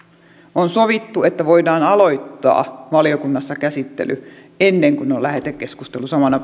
on sovittu että voidaan aloittaa valiokunnassa käsittely ennen kuin on lähetekeskustelu samana